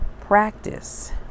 practice